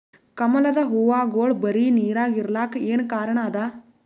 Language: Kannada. ಕಮಲದ ಹೂವಾಗೋಳ ಬರೀ ನೀರಾಗ ಇರಲಾಕ ಏನ ಕಾರಣ ಅದಾ?